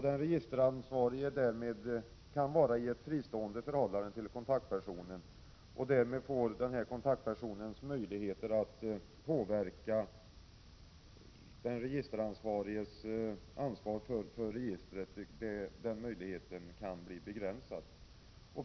Den registeransvarige kan alltså vara fristående i förhållande till kontaktpersonen, och därmed kan möjligheterna för kontaktpersonen att påverka den registeransvarige i fråga om registret bli begränsade.